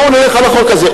בואו נלך על החוק הזה.